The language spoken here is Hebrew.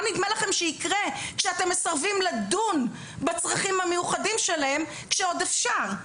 מה נדמה לכם שיקרה כשאתם מסרבים לדון בצרכים המיוחדים שלהם כשעוד אפשר?